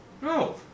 No